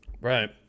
Right